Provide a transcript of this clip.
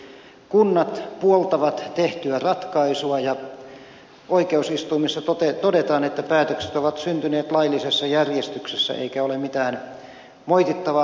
kunnat puoltavat tehtyä ratkaisua ja oikeusistuimissa todetaan että päätökset ovat syntyneet laillisessa järjestyksessä eikä ole mitään moitittavaa päätöksentekojärjestyksessä